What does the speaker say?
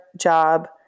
job